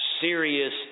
serious